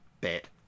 Bit